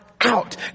Out